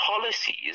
policies